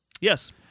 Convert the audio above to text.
Yes